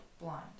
Blind